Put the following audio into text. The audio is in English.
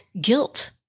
guilt